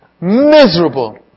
miserable